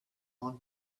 one